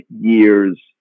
years